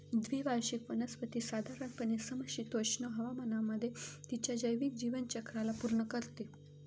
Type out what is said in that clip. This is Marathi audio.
द्विवार्षिक वनस्पती साधारणपणे समशीतोष्ण हवामानामध्ये तिच्या जैविक जीवनचक्राला पूर्ण करते